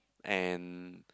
and